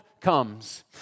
Comes